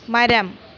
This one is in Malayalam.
മരം